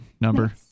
number